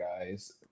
guys